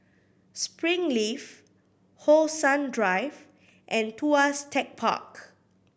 Springleaf How Sun Drive and Tuas Tech Park